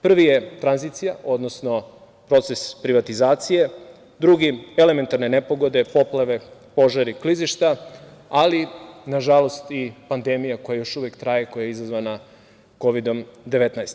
Prvi je tranzicija, odnosno proces privatizacije, drugi elementarne nepogode – poplave, požari, klizišta, ali, nažalost, i pandemija koja još uvek traje i koja je izazvana Kovidom 19.